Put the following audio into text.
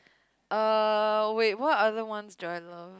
uh wait what other ones do I love